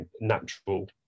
natural